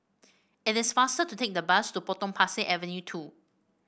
it is faster to take the bus to Potong Pasir Avenue two